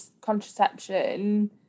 contraception